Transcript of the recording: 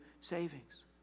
savings